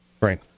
Right